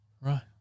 Right